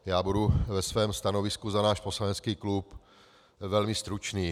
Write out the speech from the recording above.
Já budu ve svém stanovisku za náš poslanecký klub velmi stručný.